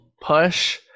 push